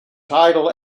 tidal